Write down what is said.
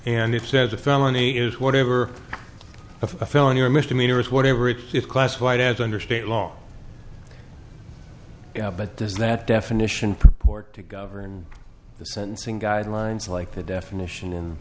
and if says a felony is whatever of a felony or misdemeanor is whatever it is classified as under state law but does that definition purport to govern the sentencing guidelines like the definition and